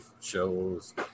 shows